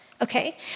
okay